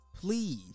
please